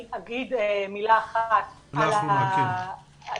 אני אגיד מילה אחת, היא